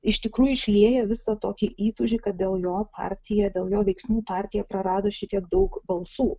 iš tikrųjų išlieja visą tokį įtūžį kad dėl jo partija dėl jo veiksmų partija prarado šitiek daug balsų